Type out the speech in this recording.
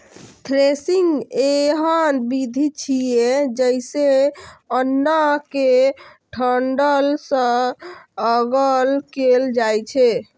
threshing एहन विधि छियै, जइसे अन्न कें डंठल सं अगल कैल जाए छै